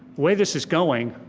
way this is going,